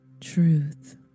truth